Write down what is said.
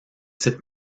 site